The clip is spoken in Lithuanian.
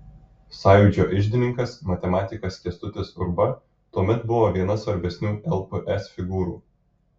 sąjūdžio iždininkas matematikas kęstutis urba tuomet buvo viena svarbesnių lps figūrų